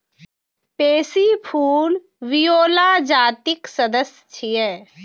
pansy फूल viola जातिक सदस्य छियै